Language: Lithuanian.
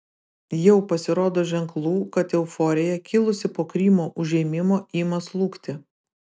jau pasirodo ženklų kad euforija kilusi po krymo užėmimo ima slūgti